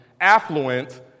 affluent